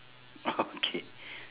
okay